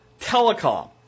telecom